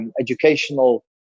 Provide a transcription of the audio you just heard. educational